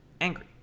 angry